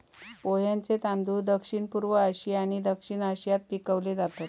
पोह्यांचे तांदूळ दक्षिणपूर्व आशिया आणि दक्षिण आशियात पिकवले जातत